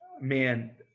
man